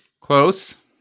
Close